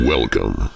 Welcome